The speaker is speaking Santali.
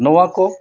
ᱱᱚᱣᱟ ᱠᱚ